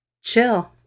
Chill